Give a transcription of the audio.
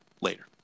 Later